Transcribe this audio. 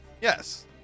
yes